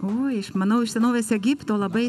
o iš manau iš senovės egipto labai